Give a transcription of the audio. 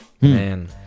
Man